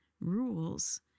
rules